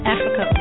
Africa